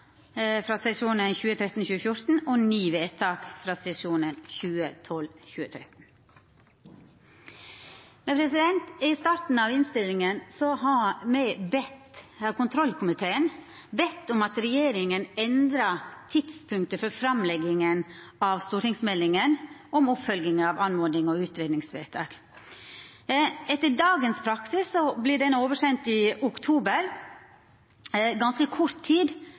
frå sesjonen 2013–2014 og 9 vedtak frå sesjonen 2012–2013. I begynninga av innstillinga har kontroll- og konstitusjonskomiteen bedt om at regjeringa endrar tidspunktet for framlegginga av stortingsmeldinga om oppfølging av oppmodings- og utgreiingsvedtak. Etter dagens praksis vert ho oversend i oktober, ganske kort tid